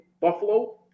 Buffalo